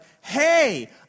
hey